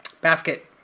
Basket